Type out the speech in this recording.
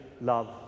love